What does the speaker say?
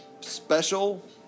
special